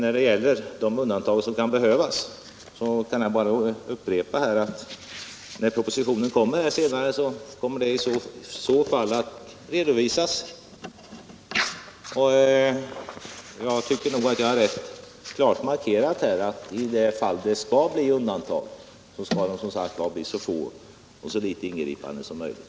När det gäller de undantag som kan behövas vill jag bara upprepa att de i så fall kommer att redovisas i propositionen. Jag tycker att jag rätt klart markerat att undantagen, om det blir några, skall vara så få och så litet ingripande som möjligt.